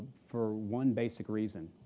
for one basic reason.